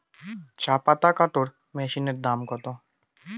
চাপাতা কাটর মেশিনের দাম কত?